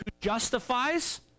justifies